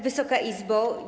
Wysoka Izbo!